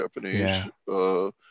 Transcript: Japanese